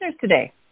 today